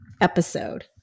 episode